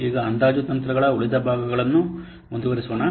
ಈಗ ಅಂದಾಜು ತಂತ್ರಗಳ ಉಳಿದ ಭಾಗಗಳನ್ನು ಮುಂದುವರಿಸೋಣ